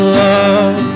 love